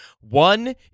One